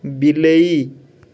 ବିଲେଇ